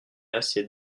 assez